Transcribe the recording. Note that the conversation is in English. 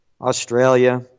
Australia